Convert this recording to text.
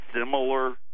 similar